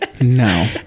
No